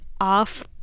off